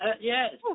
Yes